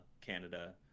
canada